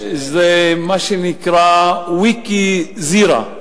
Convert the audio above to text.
זה מה שנקרא "ויקיזירה".